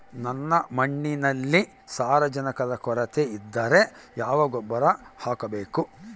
ನನ್ನ ಮಣ್ಣಿನಲ್ಲಿ ಸಾರಜನಕದ ಕೊರತೆ ಇದ್ದರೆ ಯಾವ ಗೊಬ್ಬರ ಹಾಕಬೇಕು?